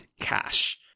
Cash